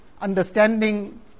understanding